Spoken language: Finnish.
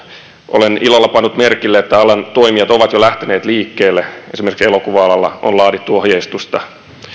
olen ilolla pannut merkille että alan toimijat ovat jo lähteneet liikkeelle esimerkiksi elokuva alalla on laadittu ohjeistusta